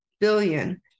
billion